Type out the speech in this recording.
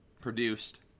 Produced